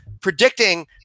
predicting